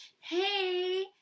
hey